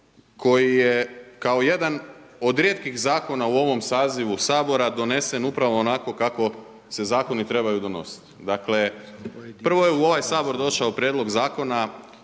koji je kao jedan od rijetkih zakona u ovom sazivu Sabora donesen upravo onako kako se zakoni trebaju donositi. Dakle, prvo je u ovaj Sabor došao prijedlog zakona